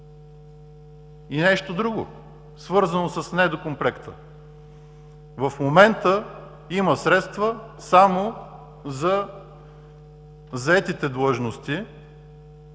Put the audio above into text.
Нещо друго, свързано с недокомплекта. В момента има средства само за заетите длъжности,